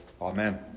Amen